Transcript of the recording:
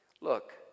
Look